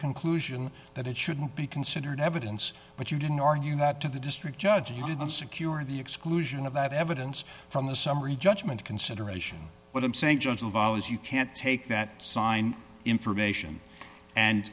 conclusion that it shouldn't be considered evidence but you didn't argue that to the district judge you didn't secure the exclusion of that evidence from the summary judgment consideration but i'm saying just involves you can't take that sign information and